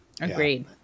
Agreed